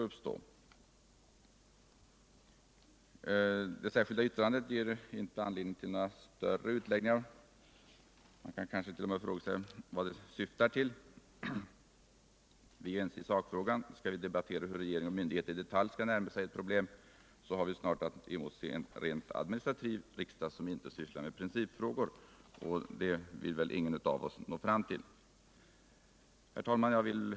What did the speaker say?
undra vad det egentligen syftar till. Vi är ju ense i sakfrågan. Skall vi debattera hur regering och myndigheter i detalj skall närma sig ett problem, har vi snart att emotse en rent administrativ riksdag, som inte sysslar med principfrågor. Det vill väl ingen av oss nå fram till. Herr talman!